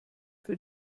für